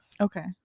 okay